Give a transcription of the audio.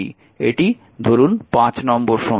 এটি নম্বর সমীকরণ